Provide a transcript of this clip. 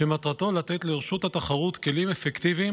שמטרתו לתת לרשות התחרות כלים אפקטיביים